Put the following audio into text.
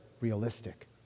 realistic